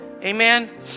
Amen